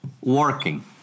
working